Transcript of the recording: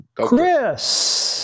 Chris